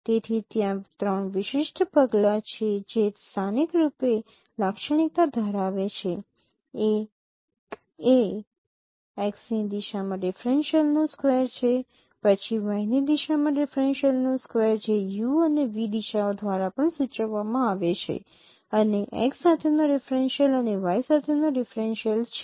તેથી ત્યાં ત્રણ વિશિષ્ટ પગલાં છે જે સ્થાનિક રૂપે લાક્ષણિકતા ધરાવે છે એક એ x ની દિશામાં ડિફરેનશિયલનો સ્કવેર છે પછી y ની દિશામાં ડિફરેનશિયલનો સ્કવેર જે u અને v દિશાઓ દ્વારા પણ સૂચવવામાં આવે છે અને x સાથેનો ડિફરેનશિયલ અને y સાથેનો ડિફરેનશિયલ છે